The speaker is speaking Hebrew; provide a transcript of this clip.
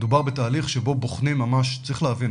מדובר בתהליך שבו בוחנים ממש צריך להבין,